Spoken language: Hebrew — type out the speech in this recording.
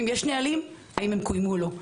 ואם יש נהלים האם הם מומשו או לא.